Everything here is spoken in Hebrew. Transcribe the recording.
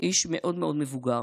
איש מאוד מאוד מבוגר,